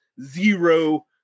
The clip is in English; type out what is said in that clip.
zero